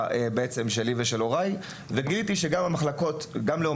גיליתי שהמחלקות לספרות,